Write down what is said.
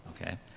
Okay